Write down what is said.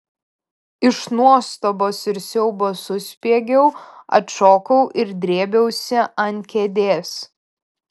iš nuostabos ir siaubo suspiegiau atšokau ir drėbiausi ant kėdės